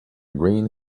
green